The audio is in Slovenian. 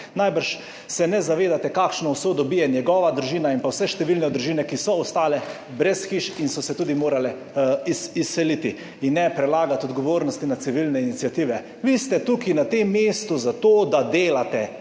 Najbrž se ne zavedate, kakšno usodo bijejo njegova družina in številne družine, ki so ostale brez hiš in so se tudi morale izseliti. In ne prelagati odgovornosti na civilne iniciative. Vi ste tukaj na tem mestu zato, da delate,